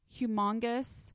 humongous